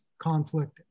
conflict